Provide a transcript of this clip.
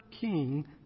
king